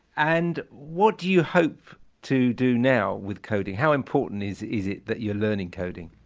and what do you hope to do now with coding, how important is is it that you're learning coding?